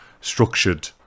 structured